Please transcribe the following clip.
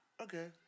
okay